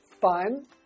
fun